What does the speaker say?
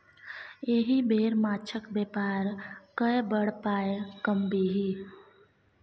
एहि बेर माछक बेपार कए बड़ पाय कमबिही